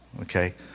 Okay